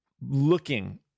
looking